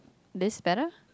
this better